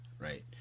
Right